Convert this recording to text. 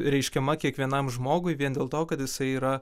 reiškiama kiekvienam žmogui vien dėl to kad jisai yra